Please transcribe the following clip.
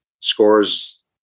scores